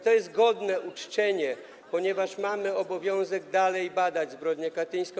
To jest godne uczczenie, ponieważ mamy obowiązek dalej badać zbrodnię katyńską.